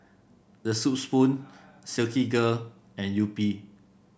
The Soup Spoon Silkygirl and Yupi